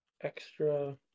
extra